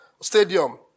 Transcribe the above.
stadium